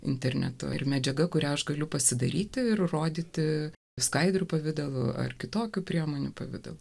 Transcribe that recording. internetu ir medžiaga kurią aš galiu pasidaryti ir rodyti skaidrių pavidalu ar kitokių priemonių pavidalu